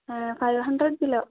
five hundred kilo